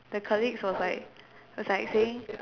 the colleagues was like was like saying